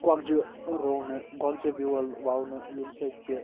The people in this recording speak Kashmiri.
گۄگجہِ رُونہٕ گۄگجہِ بیٛول وَونہٕ ییٚمہِ سۭتۍ کہِ